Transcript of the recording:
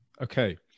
okay